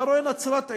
אתה רואה את נצרת-עילית,